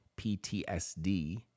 PTSD